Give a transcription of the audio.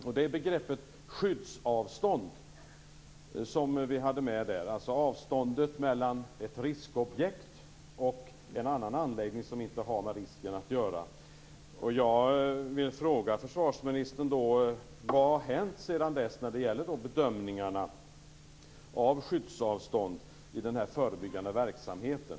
Det gäller begreppet skyddsavstånd, alltså avståndet mellan ett riskobjekt och en annan anläggning som inte har med risken att göra. Jag vill fråga försvarsministern: Vad har hänt sedan dess när det gäller bedömningarna av skyddsavstånd i den här förebyggande verksamheten?